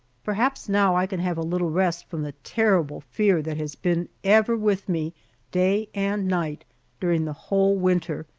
perhaps now i can have a little rest from the terrible fear that has been ever with me day and night during the whole winter,